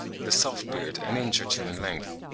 with a soft beard an inch or two in length.